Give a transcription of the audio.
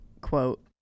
quote